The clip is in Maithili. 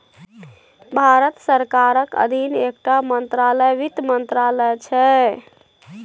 भारत सरकारक अधीन एकटा मंत्रालय बित्त मंत्रालय छै